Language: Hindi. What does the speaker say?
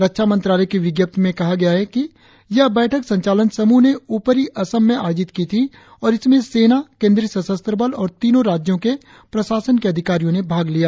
रक्षा मंत्रलय की विज्ञप्ति में कहा गया है कि यह बैठक संचालन समूह ने ऊपरी असम में आयोजित की थी और इसमें सेना केंद्रीय सशस्त्र बल और तीनों राज्यों के प्रशासन के अधिकारियों ने भाग लिया